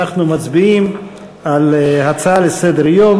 אנחנו מצביעים על ההצעות לסדר-היום